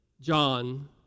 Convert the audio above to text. John